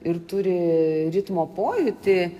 ir turi ritmo pojūtį